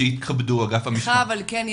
שיתכבדו אגף המשמעת --- אבל לך יש